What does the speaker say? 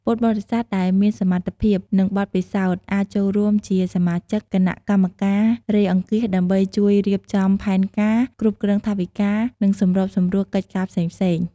ពុទ្ធបរិស័ទដែលមានសមត្ថភាព និងបទពិសោធន៍ អាចចូលរួមជាសមាជិកគណៈកម្មការរៃអង្គាស ដើម្បីជួយរៀបចំផែនការ គ្រប់គ្រងថវិកា និងសម្របសម្រួលកិច្ចការផ្សេងៗ។